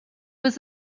was